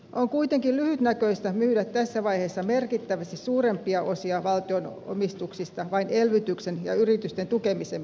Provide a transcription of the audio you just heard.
on kuitenkin lyhytnäköistä myydä tässä vaiheessa merkittävästi suurempia osia valtion omistuksista vain elvytyksen ja yritysten tukemisen merkeissä